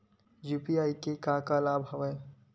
UPI के का का लाभ हवय?